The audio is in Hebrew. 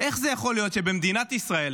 שבמדינת ישראל